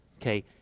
okay